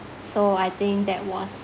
so I think that was